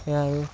সেয়া আৰু